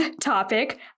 topic